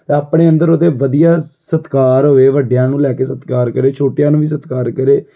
ਅਤੇ ਆਪਣੇ ਅੰਦਰ ਉਹਦੇ ਵਧੀਆ ਸਤਿਕਾਰ ਹੋਵੇ ਵੱਡਿਆਂ ਨੂੰ ਲੈ ਕੇ ਸਤਿਕਾਰ ਕਰੇ ਛੋਟਿਆਂ ਨੂੰ ਵੀ ਸਤਿਕਾਰ ਕਰੇ